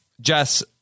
Jess